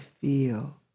feel